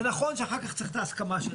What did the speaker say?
זה נכון שצריך אחר כך את ההסכמה שלנו.